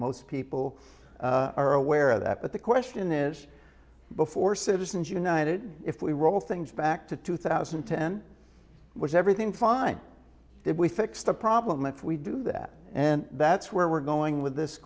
most people are aware of that but the question is before citizens united if we roll things back to two thousand and ten was everything fine if we fix the problem if we do that and that's where we're going with this